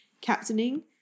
captaining